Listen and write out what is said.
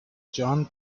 john